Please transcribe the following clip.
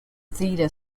theta